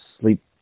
sleep